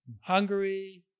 Hungary